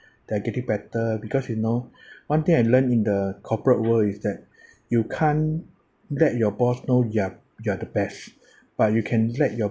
they're getting better because you know one thing I learned in the corporate world is that you can't let your boss know you are you are the best but you can let your